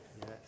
yes